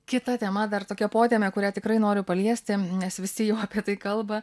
kita tema dar tokia potemė kurią tikrai noriu paliesti nes visi jau apie tai kalba